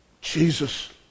Jesus